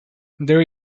there